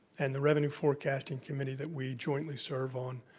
and the revenue forecasting committee that we jointly serve on,